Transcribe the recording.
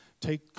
take